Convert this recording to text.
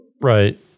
Right